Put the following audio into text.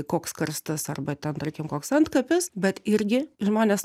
koks karstas arba ten tarkim koks antkapis bet irgi žmonės